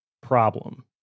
problem